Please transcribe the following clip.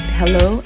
hello